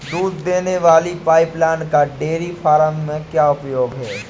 दूध देने वाली पाइपलाइन का डेयरी फार्म में क्या उपयोग है?